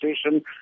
station